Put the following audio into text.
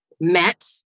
met